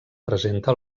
presenta